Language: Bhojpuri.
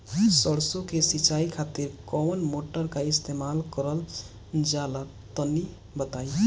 सरसो के सिंचाई खातिर कौन मोटर का इस्तेमाल करल जाला तनि बताई?